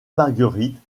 margueritte